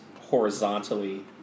horizontally